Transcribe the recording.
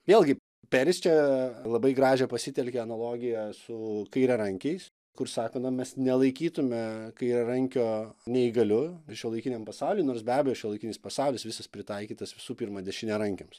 vėlgi peris čia labai gražią pasitelkė analogiją su kairiarankiais kur sako na mes nelaikytume kairiarankio neįgaliu šiuolaikiniam pasauly nors be abejo šiuolaikinis pasaulis visas pritaikytas visų pirma dešiniarankiams